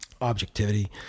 objectivity